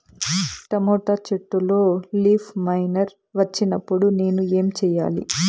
Tomato చెట్టులో leaf miner వచ్చినప్పుడు నేను ఏమి చెయ్యాలి?